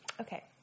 okay